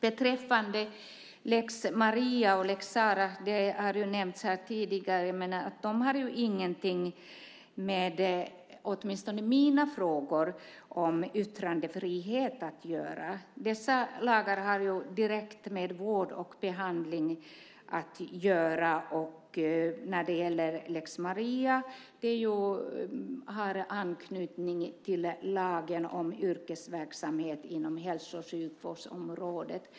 Lex Maria och lex Sarah har ingenting med mina frågor om yttrandefrihet att göra. Dessa lagar har direkt med vård och behandling att göra. Lex Maria har anknytning till lagen om yrkesverksamhet inom hälso och sjukvårdsområdet.